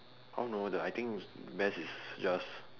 oh no the I think best is just